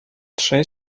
trzej